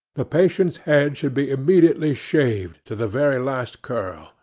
the patient's head should be immediately shaved to the very last curl.